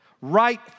right